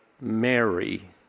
Mary